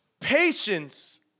patience